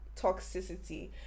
toxicity